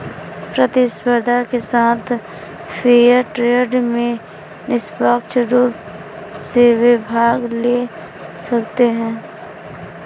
प्रतिस्पर्धा के साथ फेयर ट्रेड में निष्पक्ष रूप से वे भाग ले सकते हैं